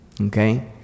Okay